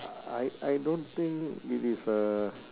I I don't think it is a